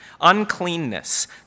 uncleanness